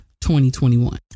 2021